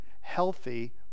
healthy